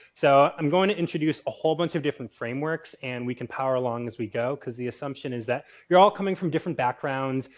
so, i'm going to introduce a whole bunch of different frameworks and we can power along as we go, because the assumption is that you're all coming from different backgrounds,